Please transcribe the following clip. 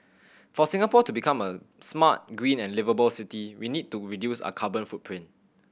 for Singapore to become a smart green and liveable city we need to reduce our carbon footprint